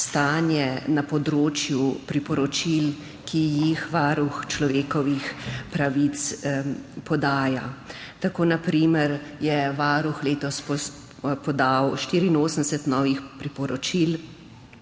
na področju priporočil, ki jih podaja Varuh človekovih pravic. Tako je na primer varuh letos podal 84 novih priporočil